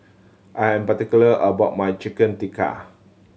I'm particular about my Chicken Tikka